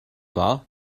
wahr